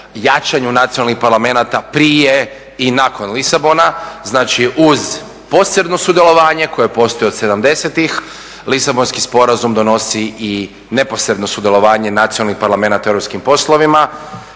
jačanju nacionalnih parlamenata prije i nakon Lisabona. Znači, uz posebno sudjelovanje koje postoji od '70-ih Lisabonski sporazum donosi i neposredno sudjelovanje nacionalnih parlamenata u europskim poslovima